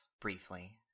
briefly